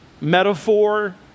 metaphor